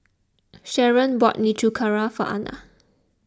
Sharon bought Nikujaga for Ana